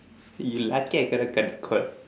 you lucky I cannot cut the cord